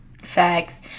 Facts